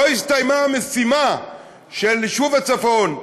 לא הסתיימה המשימה של יישוב הצפון,